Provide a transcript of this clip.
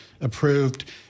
approved